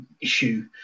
issue